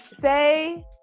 say